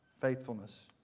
faithfulness